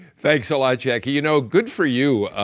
thanks a lot, jackie. you know, good for you.